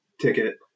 ticket